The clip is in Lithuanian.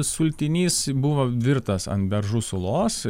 sultinys buvo virtas ant beržų sulos